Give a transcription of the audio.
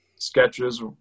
sketches